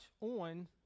on